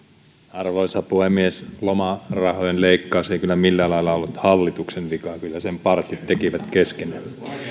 arvoisa puhemies lomarahojen leikkaus ei kyllä millään lailla ollut hallituksen vika kyllä sen partit tekivät keskenään